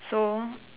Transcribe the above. so